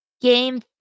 Game